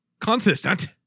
consistent